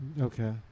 Okay